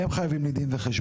הם חייבים לי דין וחשבון.